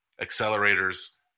Accelerators